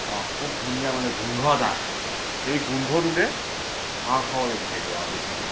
খুব ধুনীয়া মানে গোন্ধ এটা আহে সেই গোন্ধটোতে খাওঁ খাওঁ লাগি থাকিব আৰু বেছিকৈ